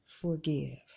Forgive